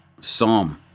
Psalm